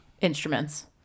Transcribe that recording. instruments